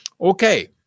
Okay